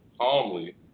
calmly